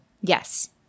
Yes